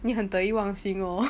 你很得意忘形 oh